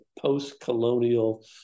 post-colonial